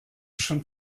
schon